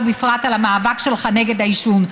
ובפרט על המאבק שלך נגד העישון.